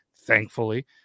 thankfully